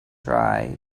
try